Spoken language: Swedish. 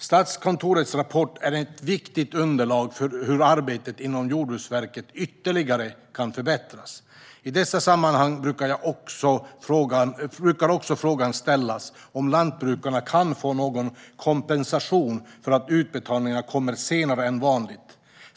Statskontorets rapport är ett viktigt underlag för hur arbetet inom Jordbruksverket ytterligare kan förbättras. I dessa sammanhang brukar också frågan ställas om lantbrukarna kan få någon kompensation för att utbetalningarna kommer senare än vanligt.